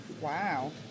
Wow